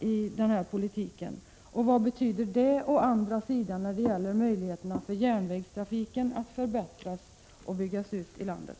Vad innebär detta när det gäller förbättring och utbyggnad av järnvägstrafiken i landet?